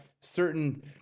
certain